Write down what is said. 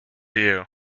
you